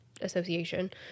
association